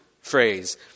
phrase